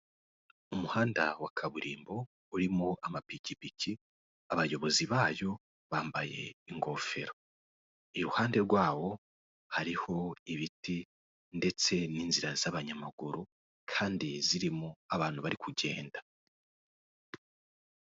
Umuhanda wa kaburimbo urimo amapikipiki abayobozi bayo bambaye ingofero, iruhande rwawo hariho ibiti ndetse n'inzira z'abanyamaguru, kandi zirimo abantu bari kugenda.